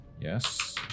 Yes